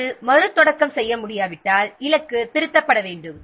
அது மறுதொடக்கம் செய்ய முடியாவிட்டால் இலக்கு திருத்தப்பட வேண்டும்